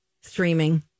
streaming